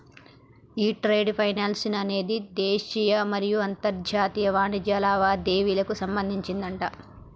ఈ trade finance అనేది దేశీయ మరియు అంతర్జాతీయ వాణిజ్య లావాదేవీలకు సంబంధించిందట